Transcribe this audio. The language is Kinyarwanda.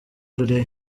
today